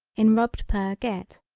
in rubbed purr get.